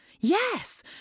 Yes